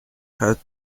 had